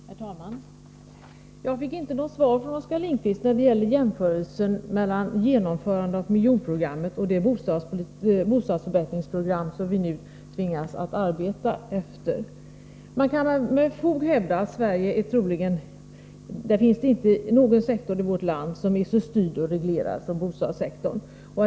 Herr talman! Jag fick inte något svar från Oskar Lindkvist när det gäller jämförelsen mellan miljonprogrammet och det bostadsförbättringsprogram som vi nu tvingas arbeta efter. Man kan med fog hävda att det troligen inte finns någon sektor i vårt land som är så styrd och så reglerad som just bostadssektorn.